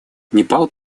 непал